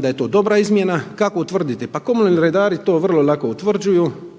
da je to dobra izmjena. Kako utvrditi? Pa komunalni redari to vrlo lako utvrđuju